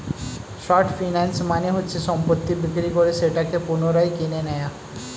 short finance মানে হচ্ছে সম্পত্তি বিক্রি করে সেটাকে পুনরায় কিনে নেয়া